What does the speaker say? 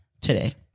today